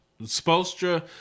Spolstra